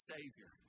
Savior